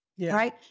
right